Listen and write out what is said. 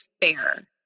fair